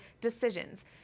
decisions